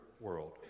world